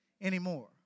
anymore